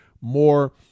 more